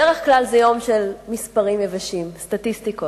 בדרך כלל זה יום של מספרים יבשים, סטטיסטיקות.